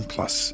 Plus